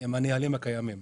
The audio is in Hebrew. עם הנהלים הקיימים.